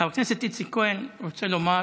חבר הכנסת איציק כהן רוצה לומר